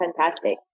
fantastic